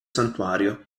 santuario